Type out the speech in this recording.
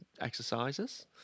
exercises